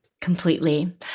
Completely